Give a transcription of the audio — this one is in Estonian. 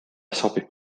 sobib